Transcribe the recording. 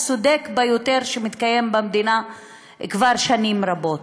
הצודק ביותר שמתקיים במדינה כבר שנים רבות.